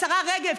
השרה רגב,